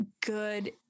good